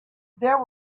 there